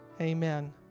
Amen